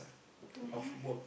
don't have